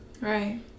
Right